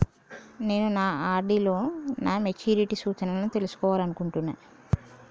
నేను నా ఆర్.డి లో నా మెచ్యూరిటీ సూచనలను తెలుసుకోవాలనుకుంటున్నా